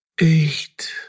eight